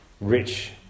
rich